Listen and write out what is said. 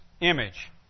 image